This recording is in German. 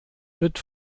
wird